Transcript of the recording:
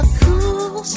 cool